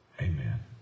Amen